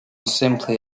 simply